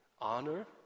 honor